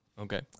Okay